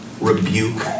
rebuke